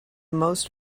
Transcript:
most